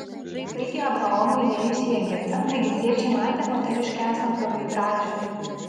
taigi abraomui įėjus į egiptą egiptiečiai matė moteriškę esant labai gražią